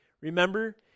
Remember